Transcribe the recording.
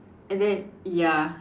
and then ya